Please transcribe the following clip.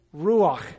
ruach